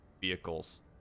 vehicles